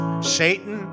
Satan